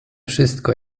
wszystko